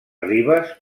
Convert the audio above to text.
ribes